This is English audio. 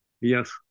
Yes